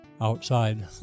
outside